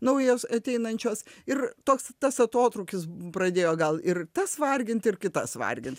naujos ateinančios ir toks tas atotrūkis pradėjo gal ir tas varginti ir kitas vargint